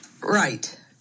Right